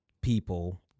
people